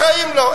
בחיים לא.